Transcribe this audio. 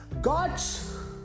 gods